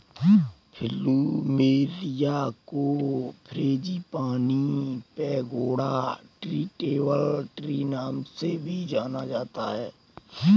plumeria को frangipani, pagoda tree, temple tree नाम से भी जाना जाता है